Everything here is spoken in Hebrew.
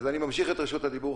אז אני ממשיך את רשות הדיבור,